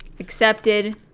accepted